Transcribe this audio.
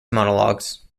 monologues